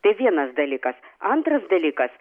tai vienas dalykas antras dalykas